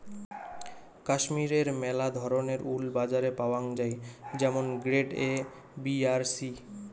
কাশ্মীরের মেলা ধরণের উল বাজারে পাওয়াঙ যাই যেমন গ্রেড এ, বি আর সি